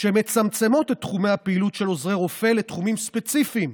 שמצמצמות את תחומי הפעילות של עוזרי רופא לתחומים ספציפיים,